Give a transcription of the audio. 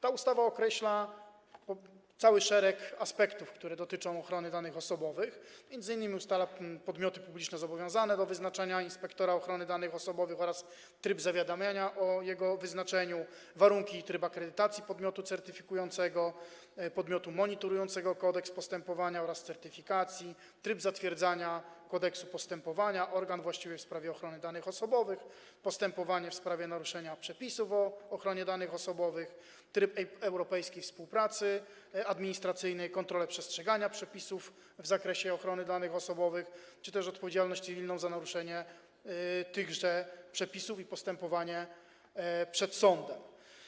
Ta ustawa określa cały szereg aspektów, które dotyczą ochrony danych osobowych, m.in. określa podmioty publiczne zobowiązane do wyznaczania inspektora ochrony danych osobowych oraz tryb zawiadamiania o jego wyznaczeniu, warunki i tryb akredytacji podmiotu certyfikującego, podmiotu monitorującego kodeks postępowania, a także tryb certyfikacji, tryb zatwierdzania kodeksu postępowania, organ właściwy w sprawie ochrony danych osobowych, postępowanie w sprawie naruszenia przepisów o ochronie danych osobowych, tryb europejskiej współpracy administracyjnej, kontrolę przestrzegania przepisów w zakresie ochrony danych osobowych czy też odpowiedzialność cywilną za naruszenie tychże przepisów i postępowanie przed sądem.